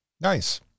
Nice